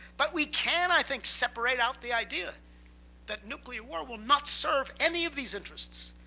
but we can, i think, separate out the idea that nuclear war will not serve any of these interests.